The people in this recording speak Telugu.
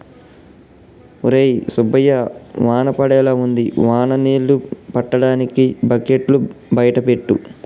ఒరై సుబ్బయ్య వాన పడేలా ఉంది వాన నీళ్ళు పట్టటానికి బకెట్లు బయట పెట్టు